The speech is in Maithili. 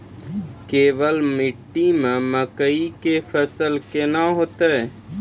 केवाल मिट्टी मे मकई के फ़सल कैसनौ होईतै?